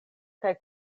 kaj